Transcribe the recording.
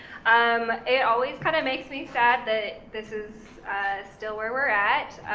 um it always kind of makes me sad that this is still where we're at.